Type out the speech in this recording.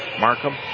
Markham